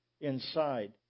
inside